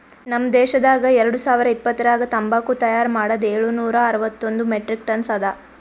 ನಮ್ ದೇಶದಾಗ್ ಎರಡು ಸಾವಿರ ಇಪ್ಪತ್ತರಾಗ ತಂಬಾಕು ತೈಯಾರ್ ಮಾಡದ್ ಏಳು ನೂರಾ ಅರವತ್ತೊಂದು ಮೆಟ್ರಿಕ್ ಟನ್ಸ್ ಅದಾ